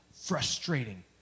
frustrating